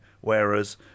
Whereas